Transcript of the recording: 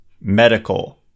Medical